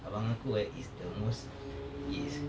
abang aku eh is the most is